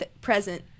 present